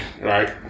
right